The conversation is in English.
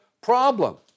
problem